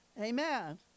Amen